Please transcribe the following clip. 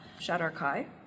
Shadarkai